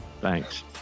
Thanks